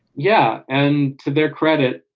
yeah, and to their credit,